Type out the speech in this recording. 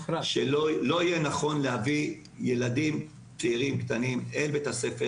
שלא יהיה נכון להביא ילדים קטנים אל בית הספר